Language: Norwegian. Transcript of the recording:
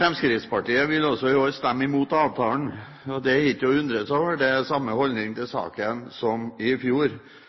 Fremskrittspartiet vil også i år stemme imot avtalen. Det er ikke å undres over, det er samme holdning til saken som i fjor.